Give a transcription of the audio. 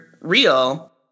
real